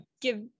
give